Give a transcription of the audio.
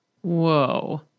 Whoa